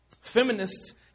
feminists